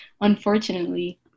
unfortunately